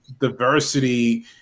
diversity